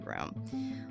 room